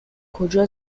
کجا